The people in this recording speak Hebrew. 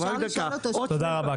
תודה רבה.